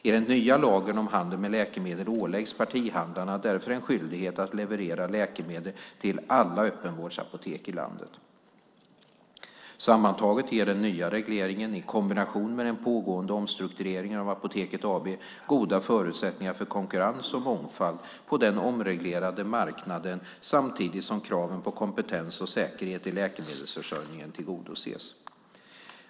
I den nya lagen om handel med läkemedel åläggs partihandlarna därför en skyldighet att leverera läkemedel till alla öppenvårdsapotek i landet. Sammantaget ger den nya regleringen, i kombination med den pågående omstruktureringen av Apoteket AB, goda förutsättningar för konkurrens och mångfald på den omreglerade marknaden samtidigt som kraven på kompetens och säkerhet i läkemedelsförsörjningen tillgodoses.